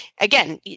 Again